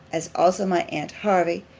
as also my aunt hervey,